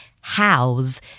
hows